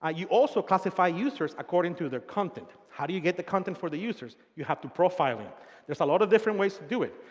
ah you also classify users according to their content. how do you get the content for the users? you have to profile. there's a lot of different ways to do it.